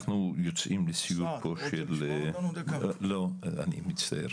אני מצטער, אנחנו יוצאים לסיור, לא, אני מצטער.